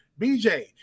BJ